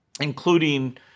including